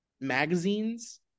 magazines